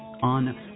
On